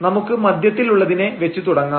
നമുക്ക് മധ്യത്തിൽ ഉള്ളതിനെ വെച്ച് തുടങ്ങാം